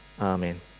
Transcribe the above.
amen